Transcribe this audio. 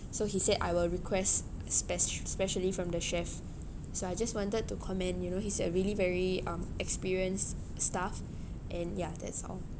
so he said I will request spec~ specially from the chef so I just wanted to comment you know he's a really very um experienced staff and ya that's all